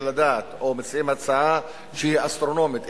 על הדעת או מציעים הצעה שהיא אסטרונומית,